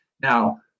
Now